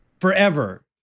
Forever